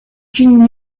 qu’une